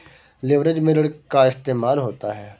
leverage में ऋण का इस्तेमाल होता है